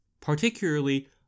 particularly